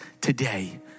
today